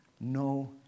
no